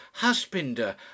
husbander